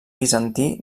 bizantí